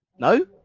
no